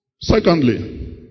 Secondly